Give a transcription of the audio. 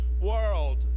world